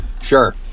Sure